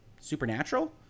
Supernatural